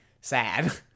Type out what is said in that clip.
sad